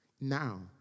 Now